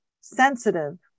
sensitive